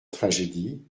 tragédie